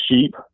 sheep